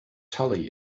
tully